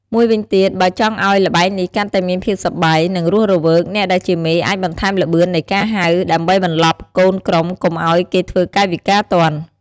មួយវិញទៀត បើចង់ឱ្យល្បែងនេះកាន់តែមានភាពសប្បាយ និងរស់រវើក អ្នកដែលជាមេអាចបន្ថែមល្បឿននៃការហៅ ដើម្បីបន្លប់កូនក្រុមកុំឱ្យគេធ្វើកាយវិការទាន់។